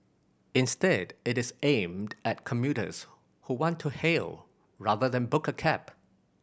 instead it is aimed at commuters who want to hail rather than book a cab